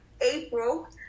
April